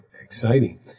exciting